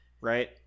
right